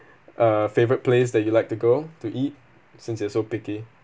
a favourite place that you like to go to eat since you are so picky